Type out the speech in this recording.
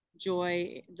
joy